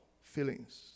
Feelings